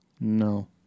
No